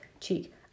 Cheek